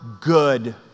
good